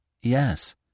Yes